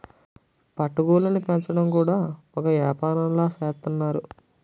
పట్టు గూళ్ళుని పెంచడం కూడా ఒక ఏపారంలా సేత్తన్నారు